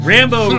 Rambo